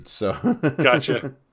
Gotcha